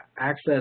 access